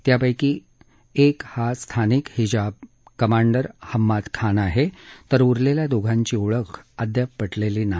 त्यापैकी एक हा स्थानिक हिजाब कमांडर हम्माद खान आहे तर उरलेल्या दोघांची ओळख अद्याप पटलेली नाही